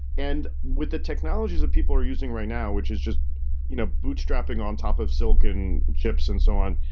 and with the technologies that people are using right now, which is just you know boot strapping on top of silicon chips and so on,